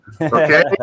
Okay